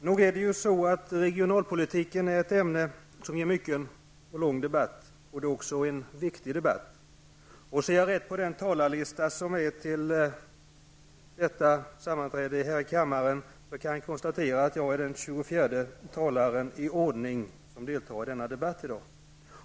Herr talman! Nog är regionalpolitiken ett ämne som ger mycken och lång debatt, och det är också en viktig debatt. Om jag har sett rätt på talarlistan är jag den tjugofjärde talaren som deltar i dagens debatt.